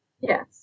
Yes